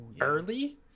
early